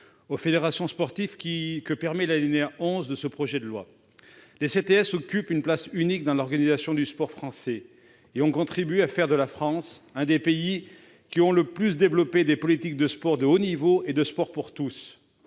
aux fédérations sportives, que permet l'alinéa 11 de ce projet de loi. Les CTS occupent une place unique dans l'organisation du sport français et ont contribué à faire de la France l'un des pays qui ont le plus développé des politiques de sport de haut niveau et de sport pour tous.